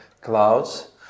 clouds